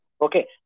Okay